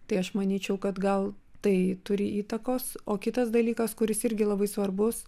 tai aš manyčiau kad gal tai turi įtakos o kitas dalykas kuris irgi labai svarbus